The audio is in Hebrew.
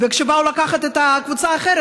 וכשבאו לקחת קבוצה אחרת,